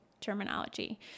terminology